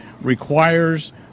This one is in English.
requires